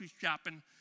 shopping